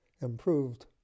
improved